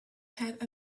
have